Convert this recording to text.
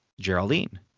Geraldine